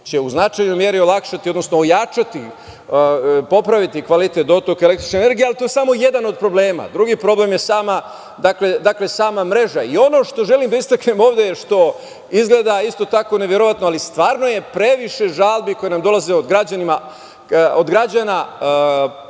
će u značajnoj meri olakšati, odnosno ojačati, popraviti kvalitet dotoka električne energije, ali to je samo jedan od problema. Drugi problem je sama mreža. Ono što želim da istaknem ovde je, što izgleda isto tako neverovatno, ali stvarno je previše žalbi koje nam dolaze od građana